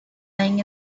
lying